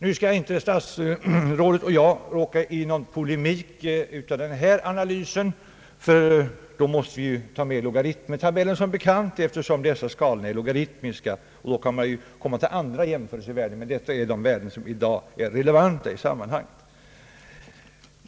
Nu skall inte statsrådet och jag råka i någon polemik på grund av denna analys, ty då måste vi som bekant taga med logaritmtabellen, eftersom dessa skalor är logaritmiska. Då kan man ju komma till andra jämförelsevärden. Men detta är de värden som i dag är relevanta i sammanhanget.